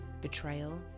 Betrayal